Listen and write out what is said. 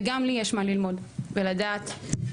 וגם לי יש מה ללמוד ולדעת ולגבות.